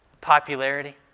Popularity